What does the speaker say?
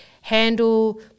handle